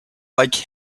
like